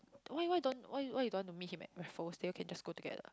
why why don't why you why you don't want to meet him at Raffles then you all can just go together